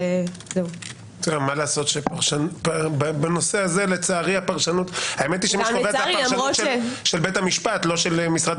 האמת היא שמי שקובע את הפרשנות של בית המשפט לא של משרד